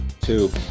Two